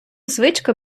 звичка